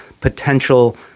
potential